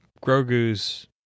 Grogu's